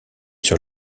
sur